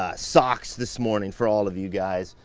ah socks this morning for all of you guys.